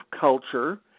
culture